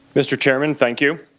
mr. chairman, thank you.